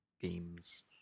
games